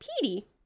Petey